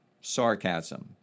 Sarcasm